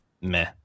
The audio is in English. Meh